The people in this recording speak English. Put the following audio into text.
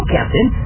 Captain